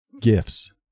gifts